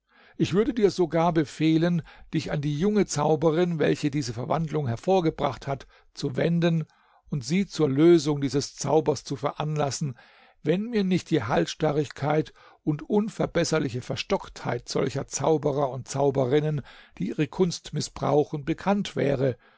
ich würde dir sogar befehlen dich an die junge zauberin welche diese verwandlung hervorgebracht hat zu wenden und sie zur lösung dieses zaubers zu veranlassen wenn mir nicht die halsstarrigkeit und unverbesserliche verstocktheit solcher zauberer und zauberinnen die ihre kunst mißbrauchen bekannt wäre